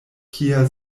kia